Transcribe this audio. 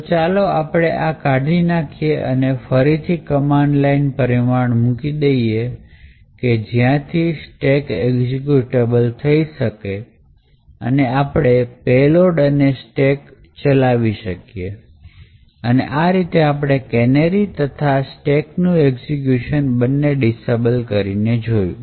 તો ચાલો આપણે આ કાઢી નાખીએ અને ફરીથી કમાંડ લાઈન પરિમાણ મૂકી દઈએ કે જ્યાંથી સ્ટેક એક્ઝિક્યુટેબલ થઈ જાય અહીં આપણે પેલોડ અને સ્ટેક ચલાવી શકીએ અને આ રીતે આપણે કેનેરી તથા સ્ટેકનું એક્ઝિક્યુટેબલ બંને ડિસેબલ કરીને જોયું